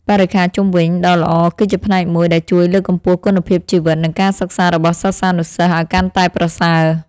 បរិក្ខារជុំវិញដ៏ល្អគឺជាផ្នែកមួយដែលជួយលើកកម្ពស់គុណភាពជីវិតនិងការសិក្សារបស់សិស្សានុសិស្សឱ្យកាន់តែប្រសើរ។